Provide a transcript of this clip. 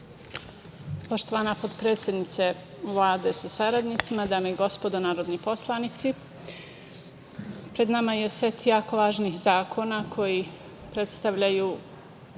Poštovana potpredsednice Vlade, sa saradnicima, dame i gospodo narodni poslanici, pred nama je set jako važnih zakona koji predstavljaju